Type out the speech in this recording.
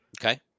Okay